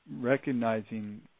recognizing